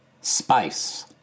Spice